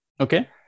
Okay